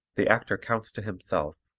the actor counts to himself,